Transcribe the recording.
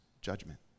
judgment